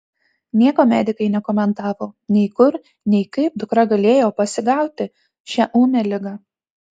nieko medikai nekomentavo nei kur nei kaip dukra galėjo pasigauti šią ūmią ligą